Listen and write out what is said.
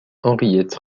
henriette